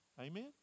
Amen